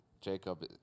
Jacob